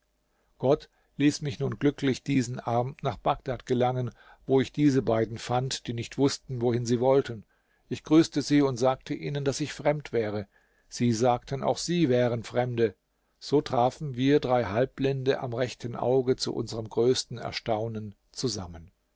gott ließ mich nun glücklich diesen abend nach bagdad gelangen wo ich diese beiden fand die nicht wußten wohin sie wollten ich grüßte sie und sagte ihnen daß ich fremd wäre sie sagten auch sie wären fremde so trafen wir drei halbblinde am rechten auge zu unserm größten erstaunen zusammen